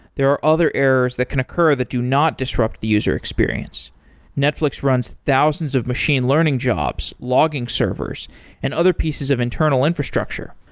there are other errors that can occur that do not disrupt the user experience netflix runs thousands of machine learning jobs, logging servers and other pieces of internal infrastructure,